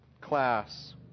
class